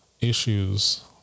issues